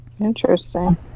Interesting